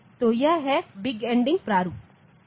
तो यह है बिग एंडियन प्रारूप है